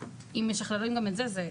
אז אם משחררים גם את זה, זה...